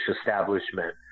establishment